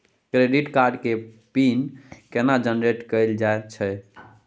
Credit card के PIN केना generate कैल जाए छै?